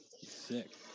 Sick